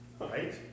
right